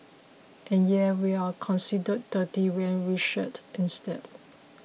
and yeah we're considered dirty when we shed instead